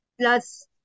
plus